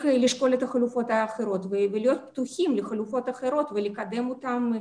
לשקול את החלופות האחרות ולהיות פתוחים לחלופות אחרות ולקדם אותן,